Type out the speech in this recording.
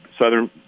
Southern